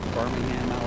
Birmingham